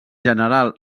general